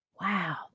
Wow